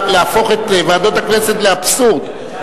שהצעתן של חברות הכנסת חוטובלי וזוארץ עברה בקריאה